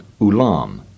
ulam